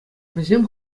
вӗсем